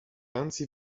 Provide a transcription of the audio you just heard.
anzi